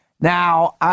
Now